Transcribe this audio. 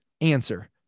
answer